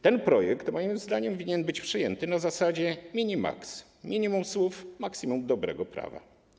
Ten projekt, moim zdaniem, winien być przyjęty na zasadzie mini-max, minimum słów, maksimum dobrego prawa.